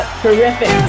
terrific